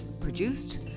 produced